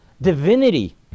divinity